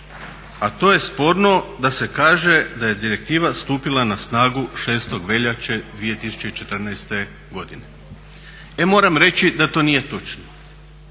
a to je sporno da se kaže da je direktiva stupila na snagu 6. veljače 2014. godine. E moram reći da to nije točno.